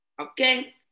okay